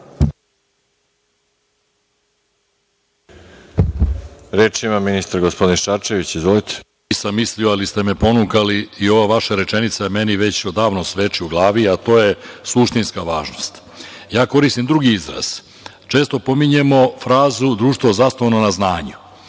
Reč ima ministar. **Mladen Šarčević** Nisam mislio, ali ste me ponukali i ova vaša rečenica meni već odavno zveči u glavi, a to je suštinska važnost. Ja koristim drugi izraz. Često pominjemo frazu društvo zasnovano na znanju.